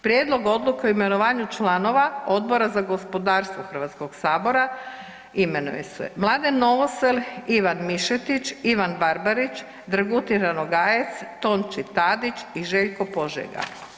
Prijedlog odluke o imenovanju članova Odbora za gospodarstvo Hrvatskog sabora imenuju se Mladen Novosel, Ivan Mišetić, Ivan Barbarić, Dragutin Ranogajec, Tonči Tadić i Željko Požega.